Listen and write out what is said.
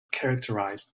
characterised